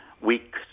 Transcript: weak